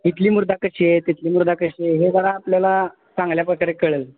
तिथली मृदा कशी आहे तिथली मृदा कशी आहे हे जरा आपल्याला चांगल्या प्रकारे कळेल